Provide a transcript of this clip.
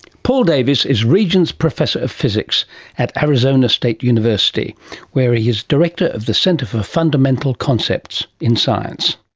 paul davies is regents professor of physics at arizona state university where he is director of the centre for fundamental concepts in science.